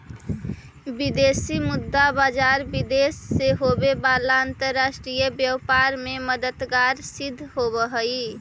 विदेशी मुद्रा बाजार विदेश से होवे वाला अंतरराष्ट्रीय व्यापार में मददगार सिद्ध होवऽ हइ